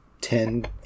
ten